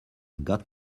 got